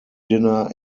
dinner